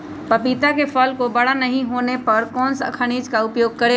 पपीता के फल को बड़ा नहीं होने पर कौन सा खनिज का उपयोग करें?